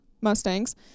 Mustangs